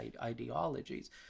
ideologies